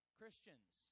christians